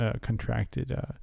contracted